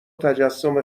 تجسم